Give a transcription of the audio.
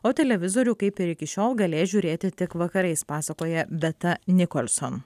o televizorių kaip ir iki šiol galės žiūrėti tik vakarais pasakoja beta nikolson